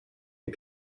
ihr